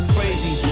Crazy